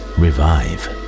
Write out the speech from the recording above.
revive